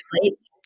plates